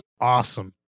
awesome